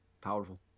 Powerful